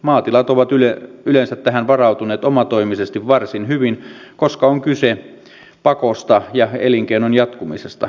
maatilat ovat yleensä tähän varautuneet omatoimisesti varsin hyvin koska on kyse pakosta ja elinkeinon jatkumisesta